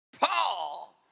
Paul